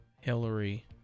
Hillary